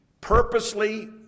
purposely